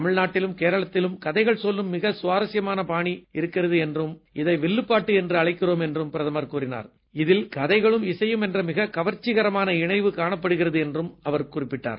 தமிழ்நாட்டிலும் கேரளத்திலும் கதைகள் சொல்லும் மிக சுவாரசியமான பாணி இருக்கிறது என்றும் இதை வில்லுப்பாட்டு என்று அழைக்கிறோம் இதில் கதைகளும் இசையும் என்ற மிகக் கவர்ச்சிகரமான இணைவு காணப்படுகிறது என்றும் குறிப்பிட்டார்